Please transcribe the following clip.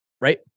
right